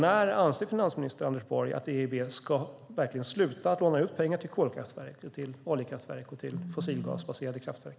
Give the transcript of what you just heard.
När anser finansminister Anders Borg att EIB ska sluta att låna ut pengar till kolkraftverk, oljekraftverk och fossilgasbaserade kraftverk?